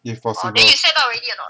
if possible